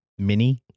mini